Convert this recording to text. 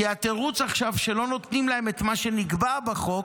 כי התירוץ עכשיו שלא נותנים להם את מה שנקבע בחוק